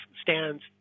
stands